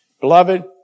Beloved